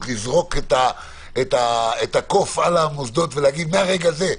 לזרוק את הקוף על המוסדות ולומר: מרגע זה,